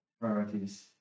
priorities